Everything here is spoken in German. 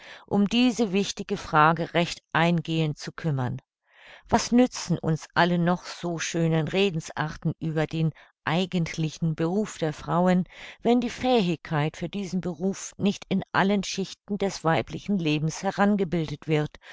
um diese wichtige frage recht eingehend zu kümmern was nützen uns alle noch so schönen redensarten über den eigentlichen beruf der frauen wenn die fähigkeit für diesen beruf nicht in allen schichten des weiblichen lebens herangebildet wird